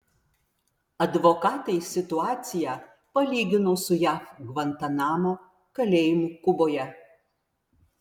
advokatai situaciją palygino su jav gvantanamo kalėjimu kuboje